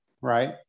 right